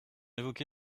évoqué